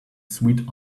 sweet